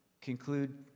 conclude